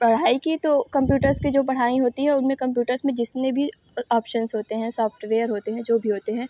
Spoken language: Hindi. पढ़ाई की तो कम्प्यूटर्स की जो पढ़ाई होती है उन में कम्प्यूटर्स में जितने भी ऑप्शंस होते हैं सॉफ्टवेयर होते हैं जो भी होते हैं